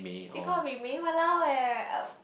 they call Wei-Ming !walao! eh